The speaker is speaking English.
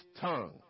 tongue